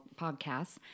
podcasts